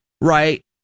right